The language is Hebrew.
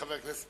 חבר הכנסת